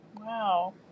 Wow